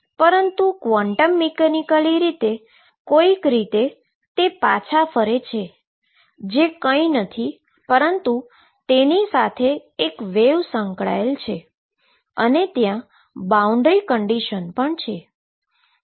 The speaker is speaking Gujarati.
પરંતુ ક્વોંટમ મિકેનીકલી કોઈક પાછા ફરે છે જે કઈં નથી પરંતુ ત્યાં એક વેવ સંકળાયેલ છે અને ત્યાં બાઉન્ડ્રી કન્ડીશન પણ છે